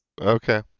Okay